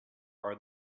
are